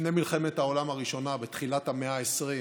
לפני מלחמת העולם הראשונה, בתחילת המאה ה-20,